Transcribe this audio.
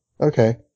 okay